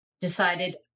decided